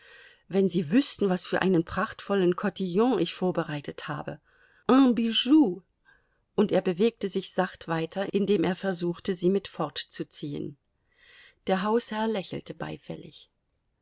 wenn sie wüßten was für einen prachtvollen kotillon ich vorbereitet habe un bijou und er bewegte sich sacht weiter indem er versuchte sie mit fortzuziehen der hausherr lächelte beifällig